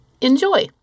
Enjoy